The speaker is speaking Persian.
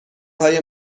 های